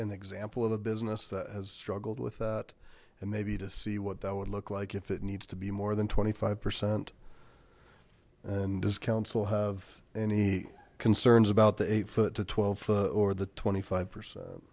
an example of a business that has struggled with it and maybe to see what that would look like if it needs to be more than twenty five percent and does council have any concerns about the eight foot to twelve or the twenty five percent